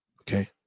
okay